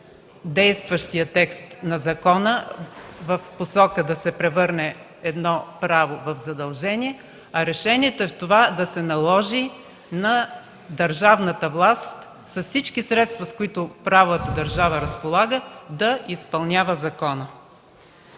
действащия текст на закона – да се превърне едно право в задължение, а решението е в това да се наложи на държавната власт с всички средства, с които правовата държава разполага, да изпълнява закона.